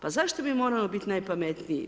Pa zašto mi moramo biti najpametniji?